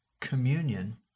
communion